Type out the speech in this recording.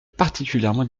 particulièrement